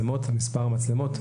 מספר המצלמות.